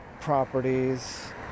properties